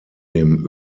dem